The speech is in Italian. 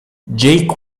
jake